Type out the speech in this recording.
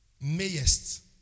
mayest